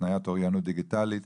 התניית אוריינות דיגיטלית,